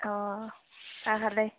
অঁ চাহ খালে